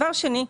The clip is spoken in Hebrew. דבר שני,